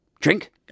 Drink